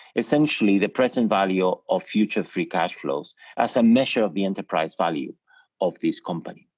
essentially, the present value of future free cash flows as a measure of the enterprise value of this company.